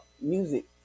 music